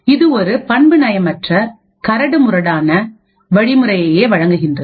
இது ஒரு பண்புநயமற்ற கரடுமுரடான வழிமுறையையே வழங்குகின்றது